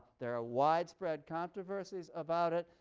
there are widespread controversies about it,